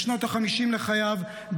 בשנות החמישים לחייו,